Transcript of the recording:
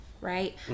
right